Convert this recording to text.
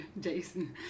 Jason